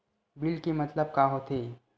Bill के मतलब का होथे?